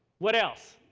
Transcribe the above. what else?